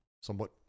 somewhat